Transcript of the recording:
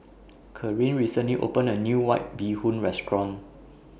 Kareen recently opened A New White Bee Hoon Restaurant